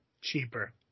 cheaper